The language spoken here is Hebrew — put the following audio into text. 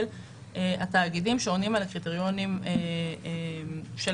של התאגידים שעונים על הקריטריונים של